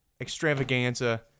extravaganza